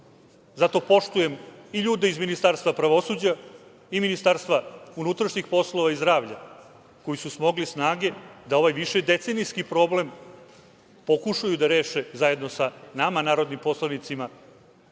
zato poštujem i ljude iz Ministarstva pravosuđa, i Ministarstva unutrašnjih poslova i Ministarstva zdravlja, koji su smogli snage da ovaj višedecenijski problem pokušaju da reše zajedno sa nama, narodnim poslanicima,